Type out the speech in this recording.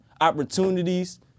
opportunities